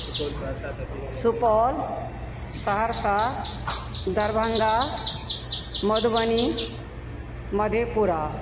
Supaul Saharsa Darbhanga Madhubani Madhepura